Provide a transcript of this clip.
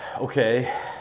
Okay